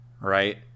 Right